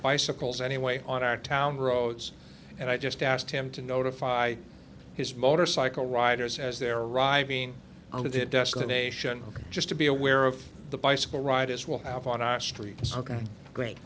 bicycles anyway on our town roads and i just asked him to notify his motorcycle riders as they're arriving on the destination just to be aware of the bicycle riders will have on our street ok great